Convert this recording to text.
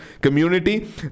Community